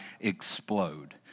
explode